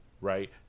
right